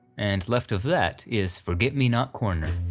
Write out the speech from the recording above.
and left of that is forget-me-not corner.